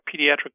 pediatric